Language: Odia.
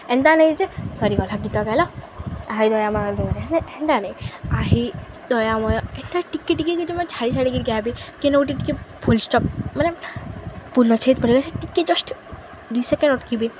ଏନ୍ତା ନେଇଁ ଯେ ସରିଗଲା ଗୀତ ଗାଇଲ ହେଇଗଲା ଦୟା ମ ଏନ୍ତା ନାଇଁ ଆହେ ଦୟାମୟ ଏନ୍ତା ଟିକେ ଟିକେ କେ ଯୋଉ ଛାଡ଼ି ଛାଡ଼ିକରିଆ ହେବେ କି ନୋଟେ ଟିକେ ଫୁଲ ଷ୍ଟପ୍ ମାନେ ପୂର୍ଣ୍ଣଚ୍ଛେଦ ପଡ଼ିବାର୍ ଅଛେ ସେ ଟିକେ ଜଷ୍ଟ ଦୁଇ ସେକେଣ୍ଡ ଅଟକିବେ